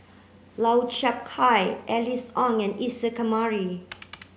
Lau Chiap Khai Alice Ong and Isa Kamari